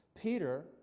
Peter